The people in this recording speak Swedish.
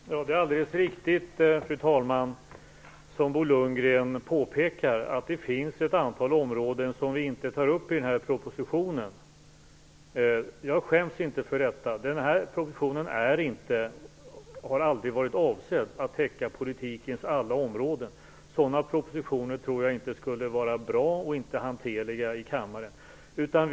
Fru talman! Det är alldeles riktigt som Bo Lundgren påpekar - det finns ett antal områden som vi inte tar upp i denna proposition. Jag skäms inte för det. Denna proposition är inte, och har aldrig varit, avsedd att täcka politikens alla områden. Sådana propositioner tror jag varken skulle vara bra eller hanterliga i kammaren.